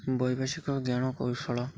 ବୈଷୟିକ ଜ୍ଞାନ କୌଶଳ